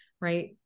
right